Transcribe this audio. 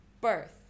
birth